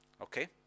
Okay